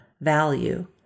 value